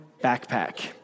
backpack